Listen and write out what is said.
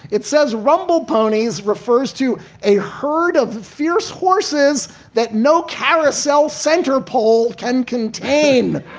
it says rumble ponies refers to a herd of fierce horses that know carousel center pole can contain